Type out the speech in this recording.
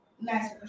nice